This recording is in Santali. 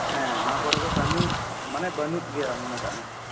ᱦᱮᱸ ᱱᱚᱣᱟ ᱠᱚᱨᱮ ᱫᱚ ᱠᱟᱹᱢᱤ ᱢᱟᱱᱮ ᱵᱟᱹᱱᱩᱜ ᱜᱮᱭᱟ ᱢᱚᱱᱮ ᱠᱟᱜ ᱢᱮ